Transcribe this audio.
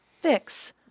fix